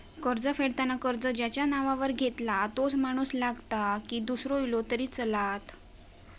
कर्ज फेडताना कर्ज ज्याच्या नावावर घेतला तोच माणूस लागता की दूसरो इलो तरी चलात?